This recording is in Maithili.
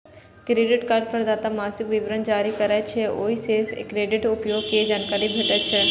क्रेडिट कार्ड प्रदाता मासिक विवरण जारी करै छै, ओइ सं क्रेडिट उपयोग के जानकारी भेटै छै